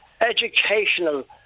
educational